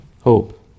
hope